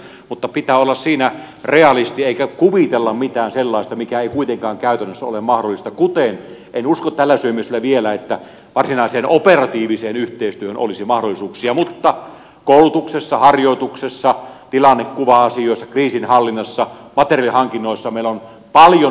mutta pitää olla siinä realisti eikä kuvitella mitään sellaista mikä ei kuitenkaan käytännössä ole mahdollista kuten en usko tällä syömisellä vielä että varsinaiseen operatiiviseen yhteistyöhön olisi mahdollisuuksia mutta koulutuksessa harjoituksessa tilannekuva asioissa kriisinhallinnassa materiaalihankinnoissa meillä on paljon yhteistyöhön mahdollisuuksia